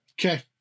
Okay